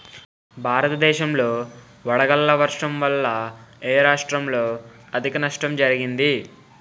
భారతదేశం లో వడగళ్ల వర్షం వల్ల ఎ రాష్ట్రంలో అధిక నష్టం జరిగింది?